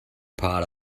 part